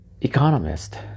economist